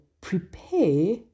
prepare